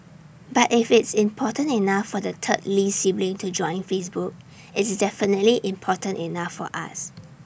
but if it's important enough for the third lee sibling to join Facebook it's definitely important enough for us